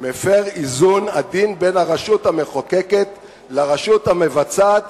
מפר איזון עדין בין הרשות המחוקקת לרשות המבצעת